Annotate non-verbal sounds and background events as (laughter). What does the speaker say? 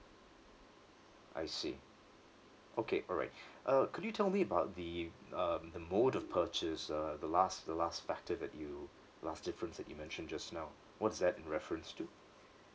I see okay alright (breath) uh could you tell me about the um the mode of purchase uh the last the last factor that you last difference that you mentioned just now what is that in reference to